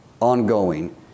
ongoing